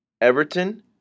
Everton